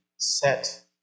set